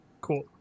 Cool